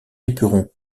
éperon